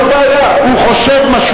אני מאשר שהפרתי את ההתחייבות הזאת.